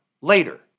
later